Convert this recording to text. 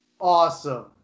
Awesome